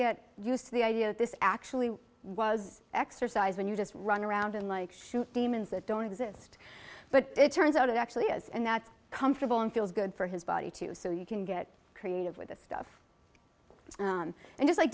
get used to the idea that this actually was exercise when you just run around and like shoot demons that don't exist but it turns out it actually is and that's comfortable and feels good for his body too so you can get creative with this stuff and just